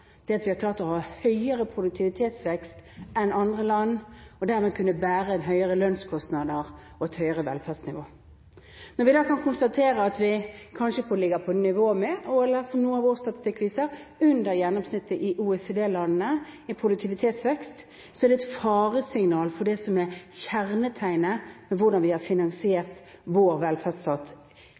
er at vi har klart å ha en høyere produktivitetsvekst enn andre land, og dermed har vi kunnet bære høyere lønnskostnader og et høyere velferdsnivå. Når vi da kan konstatere at vi kanskje ligger på nivå med eller, som noe av vår statistikk viser, under gjennomsnittet i OECD-landene i produktivitetsvekst, er det et faresignal når det gjelder det som er kjernetegnet for hvordan vi finansierer vår velferdsstat